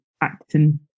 acting